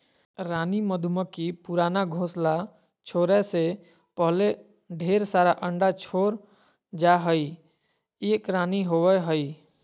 रानी मधुमक्खी पुराना घोंसला छोरै से पहले ढेर सारा अंडा छोड़ जा हई, एक रानी होवअ हई